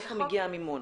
מאיפה מגיע המימון?